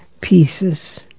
pieces